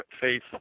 faith